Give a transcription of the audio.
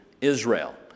israel